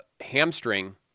hamstring